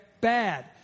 Bad